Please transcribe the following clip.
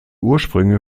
ursprünge